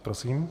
Prosím.